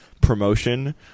promotion